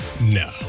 No